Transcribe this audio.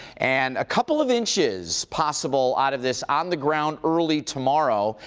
and a couple of inches possible out of this on the ground early tomorrow,